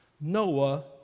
Noah